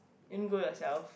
didn't go yourself